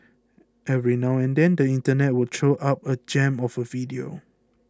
every now and then the internet will throw up a gem of a video